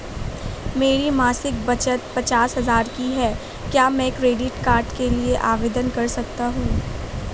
मेरी मासिक बचत पचास हजार की है क्या मैं क्रेडिट कार्ड के लिए आवेदन कर सकता हूँ?